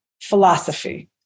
philosophy